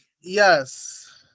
Yes